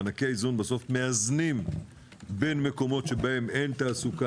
מענקי איזון בסוף מאזנים בין מקומות שבהם אין תעסוקה